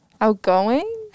Outgoing